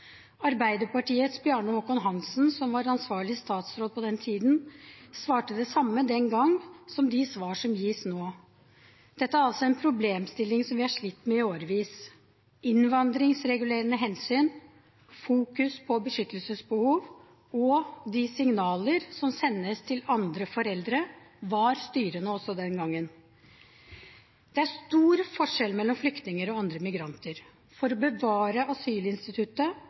Arbeiderpartiets Bjarne Håkon Hanssen, som var ansvarlig statsråd på den tiden, svarte det samme den gang som de svar som gis nå. Dette er altså en problemstilling som vi har slitt med i årevis. Innvandringsregulerende hensyn, fokus på beskyttelsesbehov og de signaler som sendes til andre foreldre, var styrende også den gangen. Det er stor forskjell mellom flyktninger og andre migranter. For å bevare asylinstituttet